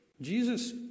Jesus